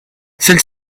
celle